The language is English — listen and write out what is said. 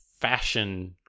fashion